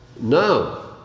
No